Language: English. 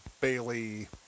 Bailey